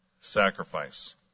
Sacrifice